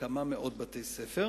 כמה מאות בתי-ספר,